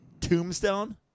Tombstone